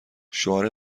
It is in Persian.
شعار